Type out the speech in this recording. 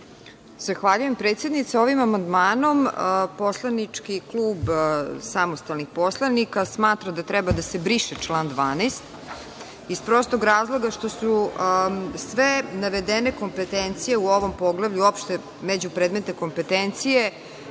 Zahvaljujem predsednice. Ovim amandmanom poslanički klub Samostalnih poslanika smatra da treba da se briše član 12. iz prostog razloga što su sve navedene kompetencije u ovom poglavlju uopšte međupredmetne kompetencije,